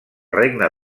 regne